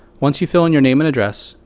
once you fill in your name and address,